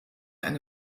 eine